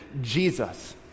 Jesus